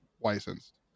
licensed